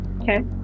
Okay